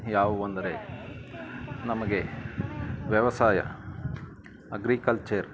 ಯಾವುವು ಅಂದರೆ ನಮಗೆ ವ್ಯವಸಾಯ ಅಗ್ರಿಕಲ್ಚರ್